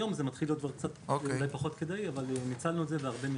היום זה מתחיל להיות פחות כדאי אבל ניצלנו את זה והרבה מיחזרו.